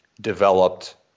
developed